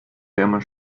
wärmer